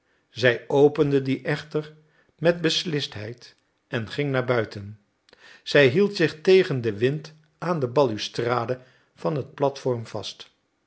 zij opende die echter met beslistheid en ging naar buiten zij hield zich tegen den wind aan de balustrade van het platvorm vast